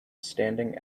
standing